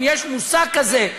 אם יש מושג כזה,